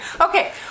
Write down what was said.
okay